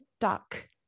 stuck